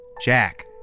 Jack